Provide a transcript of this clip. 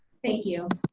thank you.